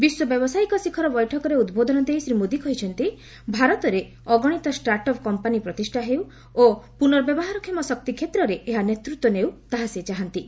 ବିଶ୍ୱ ବ୍ୟାବସାୟିକ ଶିଖର ବୈଠକରେ ଉଦ୍ବୋଧନ ଦେଇ ଶ୍ରୀ ମୋଦି କହିଛନ୍ତି ଭାରତରେ ଅଗଣିତ ଷ୍ଟାର୍ଟ୍ ଅପ୍ କମ୍ପାନୀ ପ୍ରତିଷ୍ଠା ହେଉ ଓ ପୁନର୍ବ୍ୟହାରକ୍ଷମ ଶକ୍ତି କ୍ଷେତ୍ରରେ ଏହା ନେତୃତ୍ୱ ନେଉ ତାହା ସେ ଚାହାନ୍ତି